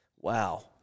wow